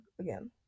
again